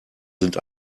sind